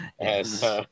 Yes